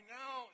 now